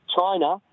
China